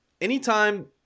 anytime